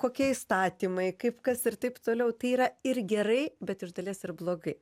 kokie įstatymai kaip kas ir taip toliau tai yra ir gerai bet iš dalies ir blogai